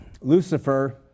Lucifer